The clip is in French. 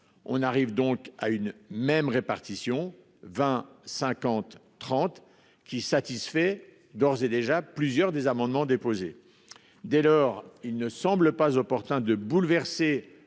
on arrive donc à une même répartition 20 50, 30 qui satisfait d'ores et déjà plusieurs des amendements déposés. Dès lors, il ne semble pas opportun de bouleverser